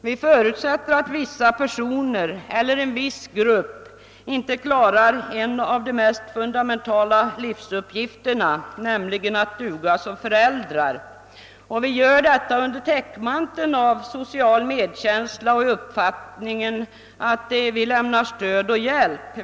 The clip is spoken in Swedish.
Vi förutsätter att vissa personer eller en viss grupp inte klarar en av de mest fundamentala livsuppgifterna, nämligen att duga som föräldrar, och vi gör detta under täckmanteln av social medkänsla och med uppfattningen att vi lämnar stöd och hjälp.